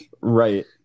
Right